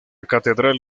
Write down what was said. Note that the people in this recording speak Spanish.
catedral